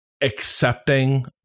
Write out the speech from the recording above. accepting